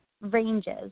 ranges